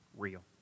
Real